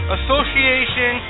Association